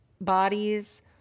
bodies